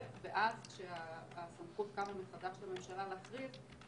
ואז כשהסמכות קמה מחדש לממשלה להכריז,